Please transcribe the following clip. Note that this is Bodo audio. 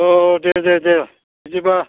औ औ दे दे दे बिदिब्ला